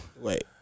Wait